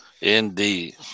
Indeed